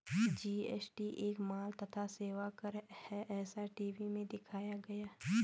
GST एक माल तथा सेवा कर है ऐसा टी.वी में दिखाया गया